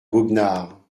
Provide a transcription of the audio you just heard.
goguenard